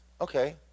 Okay